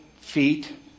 feet